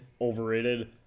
overrated